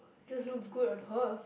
it just looks good on her